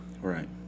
Right